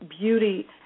beauty